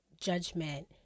judgment